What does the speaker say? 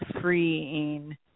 freeing